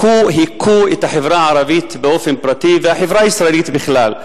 הכו את החברה הערבית באופן פרטי ואת החברה הישראלית בכלל,